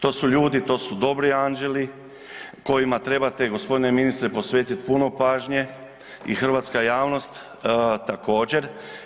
To su ljudi, to su dobri anđeli kojima trebate gospodine ministre posvetiti puno pažnje i hrvatska javnost također.